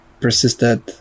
persisted